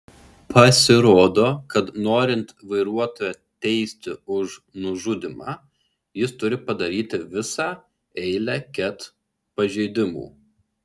pasirodo kad norint vairuotoją teisti už nužudymą jis turi padaryti visą eilę ket pažeidimų